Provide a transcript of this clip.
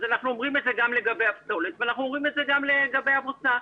אנחנו אומרים את זה גם לגבי הפסולת ואנחנו אומרים את זה גם לגבי הבוצה.